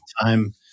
time